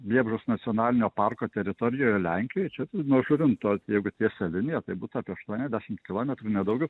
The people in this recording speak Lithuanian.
vėbros nacionalinio parko teritorijoje lenkijoj čia nuo žuvinto jeigu tiesia linija tai būtų apie aštuoniasdešimt kilometrų ne daugiau